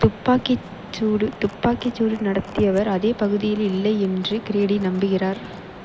துப்பாக்கிச் சூடு துப்பாக்கிச்சூடு நடத்தியவர் அதே பகுதியில் இல்லை என்று கிரேடி நம்புகிறார்